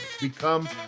Become